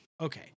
Okay